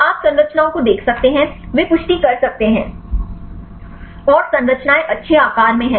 तो आप संरचनाओं को देख सकते हैं वे पुष्टि कर सकते हैं और संरचनाएं अच्छे आकार में हैं